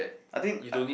I think uh